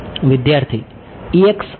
વિદ્યાર્થી Ex અને Ey